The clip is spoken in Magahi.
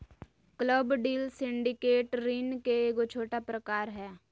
क्लब डील सिंडिकेट ऋण के एगो छोटा प्रकार हय